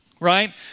Right